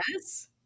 yes